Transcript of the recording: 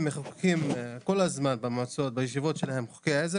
מחוקקים כל הזמן במועצות בישיבות שלהם חוקי עזר,